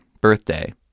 birthday